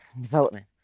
development